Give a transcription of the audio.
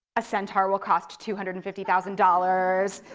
a centaur will cost two hundred and fifty thousand dollars.